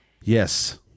Yes